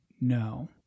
No